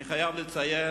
אני חייב לציין,